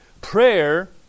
Prayer